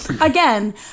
Again